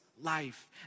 life